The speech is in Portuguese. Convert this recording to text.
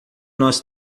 nós